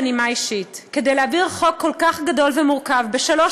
בנימה אישית: להעביר חוק כל כך גדול ומורכב בשלוש